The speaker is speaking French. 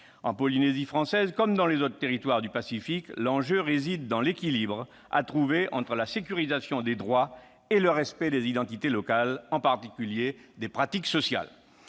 En Polynésie française, comme dans les autres territoires du Pacifique, l'enjeu réside dans l'équilibre à trouver entre la sécurisation des droits et le respect des identités locales, en particulier des pratiques sociales.